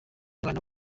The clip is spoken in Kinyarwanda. umwana